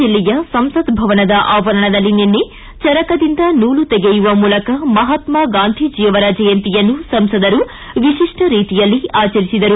ದಿಲ್ಲಿಯ ಸಂಸತ್ ಭವನದ ಆವರಣದಲ್ಲಿ ನಿನ್ನೆ ಚರಕದಿಂದನೂಲು ತೆಗೆಯುವ ಮೂಲಕ ಮಹಾತ್ಮಾ ಗಾಂಧೀಜಿ ಅವರ ಜಯಂತಿಯನ್ನು ಸಂಸದರು ವಿಶಿಷ್ಟ ರೀತಿಯಲ್ಲಿ ಆಚರಿಸಿದರು